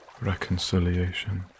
reconciliation